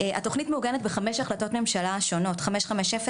התכונית מעוגנת בחמש החלטות ממשלה שונות 550,